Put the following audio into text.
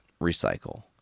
recycle